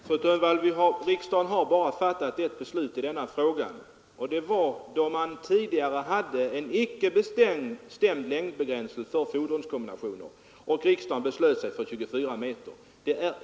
Fru talman! Riksdagen har bara fattat eft beslut i denna fråga. Tidigare hade man icke någon fastställd gräns för fordonskombinationers längd, men riksdagen fattade för några år sedan beslut om denna begränsning till 24 meter.